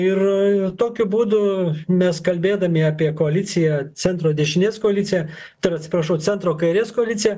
ir tokiu būdu mes kalbėdami apie koaliciją centro dešinės koaliciją tai yra atsiprašau centro kairės koaliciją